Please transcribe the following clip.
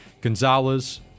Gonzalez